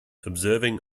observing